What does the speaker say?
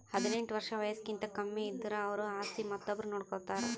ಹದಿನೆಂಟ್ ವರ್ಷ್ ವಯಸ್ಸ್ಕಿಂತ ಕಮ್ಮಿ ಇದ್ದುರ್ ಅವ್ರ ಆಸ್ತಿ ಮತ್ತೊಬ್ರು ನೋಡ್ಕೋತಾರ್